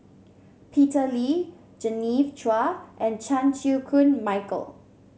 Peter Lee Genevieve Chua and Chan Chew Koon Michael